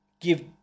Give